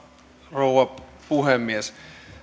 rouva puhemies